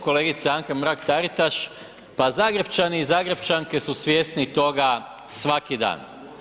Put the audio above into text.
Kolegice Anka Mrak Taritaš, pa Zagrepčani i Zagrepčanke su svjesni toga svaki dan.